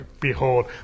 behold